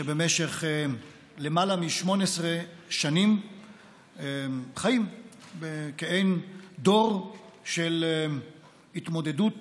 שבמשך למעלה מ-18 שנים חיים במעין דור של התמודדות